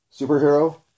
superhero